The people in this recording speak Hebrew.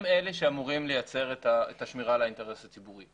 הם אלה שאמורים לייצר את השמירה על האינטרס הציבורי.